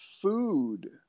food